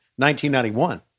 1991